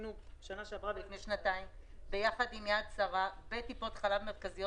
בשנה שעברה ולפני שנתיים פעלנו יחד עם יד שרה וטיפות חלב מרכזיות